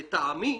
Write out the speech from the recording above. לטעמי,